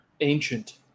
Ancient